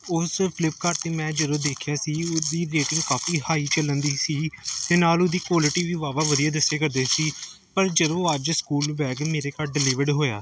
ਉਸ ਫਲਿਪਕਾਰਟ 'ਤੇ ਮੈਂ ਜਦੋਂ ਦੇਖਿਆ ਸੀ ਉਹਦੀ ਰੇਟਿੰਗ ਕਾਫੀ ਹਾਈ ਚੱਲਣ ਡਈ ਸੀ ਅਤੇ ਨਾਲ ਉਹ ਦੀ ਕੁਆਲਿਟੀ ਵੀ ਵਾਹਵਾ ਵਧੀਆ ਦੱਸਿਆ ਕਰਦੇ ਸੀ ਪਰ ਜਦੋਂ ਅੱਜ ਸਕੂਲ ਬੈਗ ਮੇਰੇ ਘਰ ਡਿਲੀਵਰਡ ਹੋਇਆ